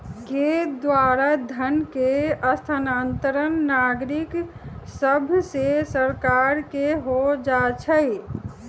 के द्वारा धन के स्थानांतरण नागरिक सभसे सरकार के हो जाइ छइ